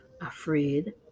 afraid